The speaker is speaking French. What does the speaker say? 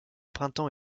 printemps